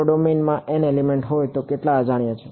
જો ડોમેનમાં n element હોય તો કેટલા અજાણ્યા છે